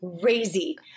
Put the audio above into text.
crazy